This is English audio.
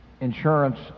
insurance